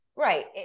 Right